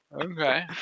Okay